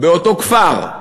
באותו כפר,